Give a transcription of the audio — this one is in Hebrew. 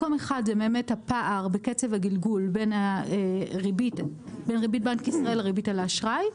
מקום אחד זה הפער בקצב הגלגול בין ריבית בנק ישראל לריבית על האשראי,